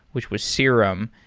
which was serum,